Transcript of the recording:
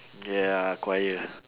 ya choir